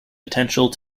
potential